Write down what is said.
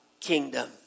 kingdom